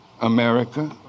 America